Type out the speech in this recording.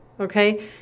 okay